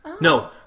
No